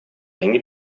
они